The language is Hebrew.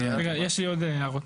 יש לי עוד שתי הערות.